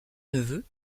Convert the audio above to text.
neveu